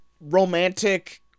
romantic